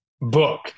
book